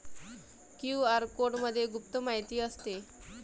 QR कोडमध्ये गुप्त माहिती असते